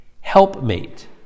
helpmate